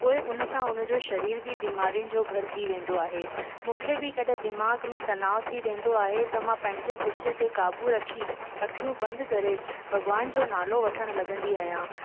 पोए उन सां उन जो शरीर बि बीमारी जो घरु थी वेंदो आहे मूंखे बि कॾहिं दिमाग़ में तनाव थी वेंदो आहे त मां पंहिंजे गुस्से ते काबू रखी अखियूं बंदि करे भॻवान जो नालो वठणु लॻंदी आहियां